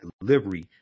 delivery